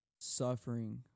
suffering